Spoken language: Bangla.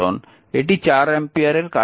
এটি 4 অ্যাম্পিয়ারের কারেন্ট উৎস